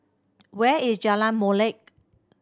where is Jalan Molek